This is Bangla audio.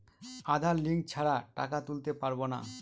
আধার লিঙ্ক ছাড়া টাকা তুলতে পারব না?